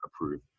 approve